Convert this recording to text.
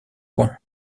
coin